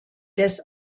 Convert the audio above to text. des